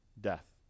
death